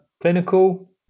clinical